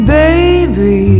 baby